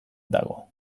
dago